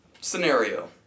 Scenario